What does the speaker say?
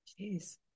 Jeez